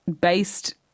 based